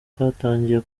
rwatangiye